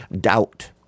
Doubt